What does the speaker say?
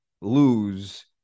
lose